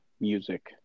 music